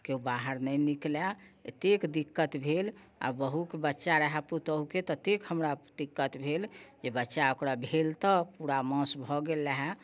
केओ बाहर नहि निकलैत एतेक दिक्कत भेल आ बहुके बच्चा रहै पुतौहुके ततेक हमरा दिक्कत भेल जे बच्चा ओकरा भेल तऽ पूरा मास भऽ गेल रहै